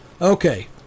Okay